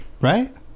right